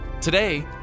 today